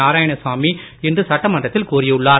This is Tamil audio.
நாராயணசாமி இன்று சட்டமன்றத்தில் கூறியுள்ளார்